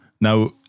now